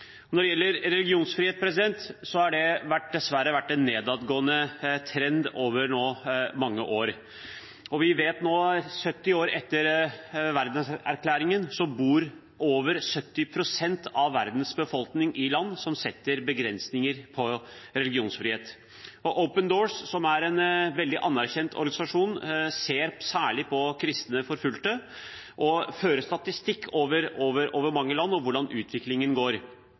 Når det gjelder religionsfrihet, har det dessverre vært en nedadgående trend over mange år. Vi vet nå, 70 år etter Verdenserklæringen, at over 70 pst. av verdens befolkning bor i land som setter begrensninger på religionsfrihet. Open Doors, som er en veldig anerkjent organisasjon, ser særlig på kristne forfulgte, og fører statistikk over mange land og hvordan utviklingen går